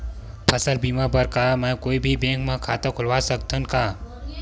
फसल बीमा बर का मैं कोई भी बैंक म खाता खोलवा सकथन का?